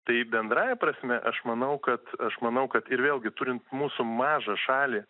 tai bendrąja prasme aš manau kad aš manau kad ir vėlgi turint mūsų mažą šalį